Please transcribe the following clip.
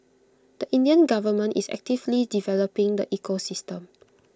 the Indian government is actively developing the ecosystem